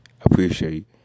Appreciate